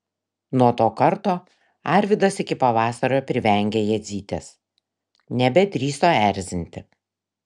nuo to karto arvydas iki pavasario privengė jadzytės nebedrįso erzinti